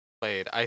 played